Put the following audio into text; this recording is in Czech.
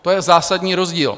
To je zásadní rozdíl.